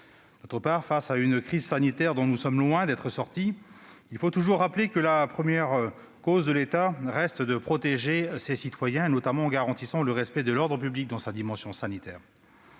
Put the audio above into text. Par ailleurs, face à une crise sanitaire dont nous sommes loin d'être sortis, il faut toujours rappeler que la première cause de l'État est de protéger ses citoyens, notamment en garantissant le respect de l'ordre public dans sa dimension sanitaire.